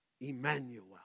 Emmanuel